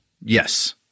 Yes